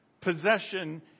Possession